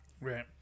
right